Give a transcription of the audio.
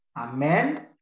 Amen